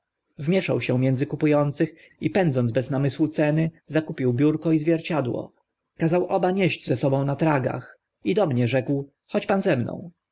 wmieszał się między kupu ących i pędząc bez namysłu ceny zakupił biurko i zwierciadło kazał oba nieść za sobą na tragach i do mnie rzekł chodź pan ze mną